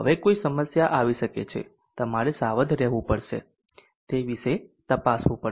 હવે કોઈ સમસ્યા આવી શકે છે તમારે સાવધ રહેવું પડશે અને તે વિશે તપાસવું પડશે